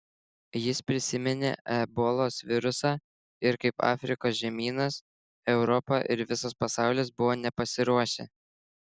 jis prisiminė ebolos virusą ir kaip afrikos žemynas europa ir visas pasaulis buvo nepasiruošę